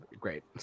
great